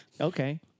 Okay